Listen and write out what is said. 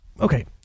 okay